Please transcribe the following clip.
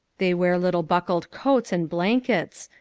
they wear little buckled coats and blankets,